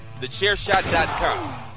TheChairShot.com